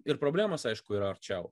ir problemos aišku yra arčiau